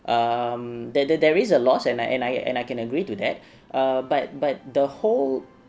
um there there is a loss and I and I and I can agree to that um but but the whole